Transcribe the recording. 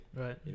Right